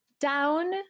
down